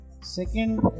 Second